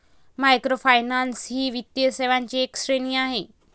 microfinance ही वित्तीय सेवांची एक श्रेणी आहे